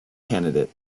candidate